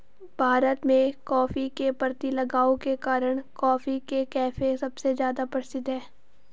भारत में, कॉफ़ी के प्रति लगाव के कारण, कॉफी के कैफ़े सबसे ज्यादा प्रसिद्ध है